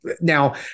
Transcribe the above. now